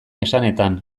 esanetan